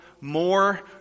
more